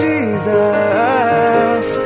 Jesus